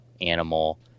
animal